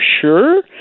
sure